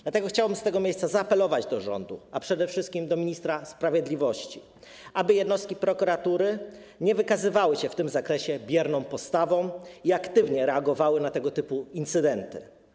Dlatego chciałbym z tego miejsca zaapelować do rządu, a przede wszystkim do ministra sprawiedliwości, aby jednostki prokuratury nie wykazywały się w tym zakresie bierną postawą i aktywnie reagowały na tego typu incydenty.